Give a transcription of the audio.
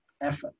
effort